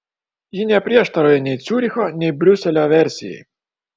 ji neprieštarauja nei ciuricho nei briuselio versijai